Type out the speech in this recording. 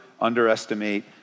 underestimate